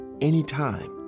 Anytime